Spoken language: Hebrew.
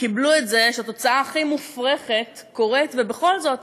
קיבלו את זה שהתוצאה הכי מופרכת קורית ובכל זאת